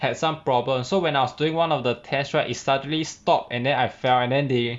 had some problems so when I was doing one of the test right it suddenly stop and then I fell and then they